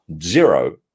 zero